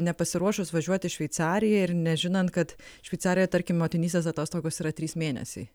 nepasiruošus važiuot į šveicariją ir nežinant kad šveicarijoj tarkim motinystės atostogos yra trys mėnesiai